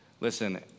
Listen